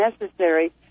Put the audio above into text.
necessary